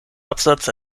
absatz